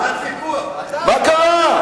מה קרה?